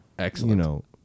Excellent